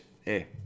hey